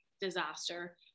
disaster